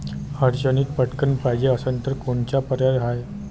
अडचणीत पटकण पायजे असन तर कोनचा पर्याय हाय?